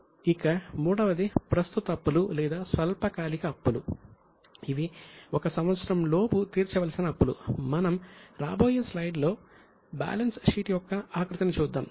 మనం రాబోయే స్లైడ్ లో బ్యాలెన్స్ షీట్ యొక్క ఆకృతిని చూద్దాం